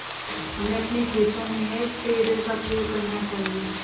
हमें अपने खेतों में हे टेडर का प्रयोग करना चाहिए